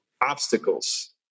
obstacles